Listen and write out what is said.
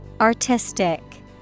Artistic